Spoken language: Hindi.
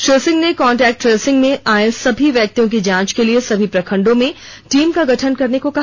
श्री सिंह ने कांटेक्ट ट्रेसिंग में आए सभी व्यक्तियों की जांच के लिए सभी प्रखंडों में टीम का गठन करने को कहा